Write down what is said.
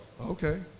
okay